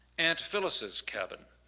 aunt phyllis's cabin,